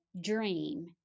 dream